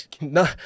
No